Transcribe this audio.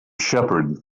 shepherd